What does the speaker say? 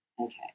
okay